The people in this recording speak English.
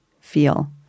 feel